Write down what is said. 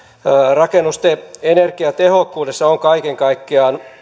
rakennusten energiatehokkuudessa on kaiken kaikkiaan